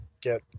get